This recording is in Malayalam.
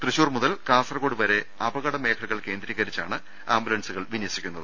തൃശൂർ മുതൽ കാസർകോഡ് വരെ അപകട മേഖലകൾ കേന്ദ്രീകരിച്ചാണ് ആംബുലൻസു കൾ വിന്യസിക്കുന്നത്